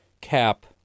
cap